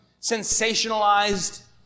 sensationalized